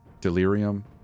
delirium